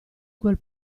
quel